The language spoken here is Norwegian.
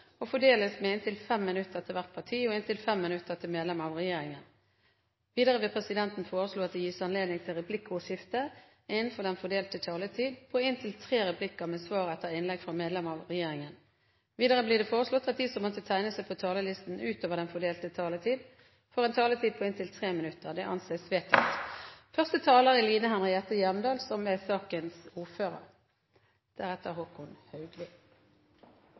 og at taletiden blir fordelt slik på gruppene: Arbeiderpartiet 35 minutter, Fremskrittspartiet 20 minutter, Høyre 15 minutter, Sosialistisk Venstreparti, Senterpartiet, Kristelig Folkeparti og Venstre 5 minutter hver. Videre vil presidenten foreslå at det blir gitt anledning til replikkordskifte begrenset til fire replikker med svar etter innlegg fra medlem av regjeringen innenfor den fordelte taletid. Videre blir det foreslått at de som måtte tegne seg på talerlisten utover den fordelte taletid, får en taletid på inntil 3 minutter. – Det anses vedtatt.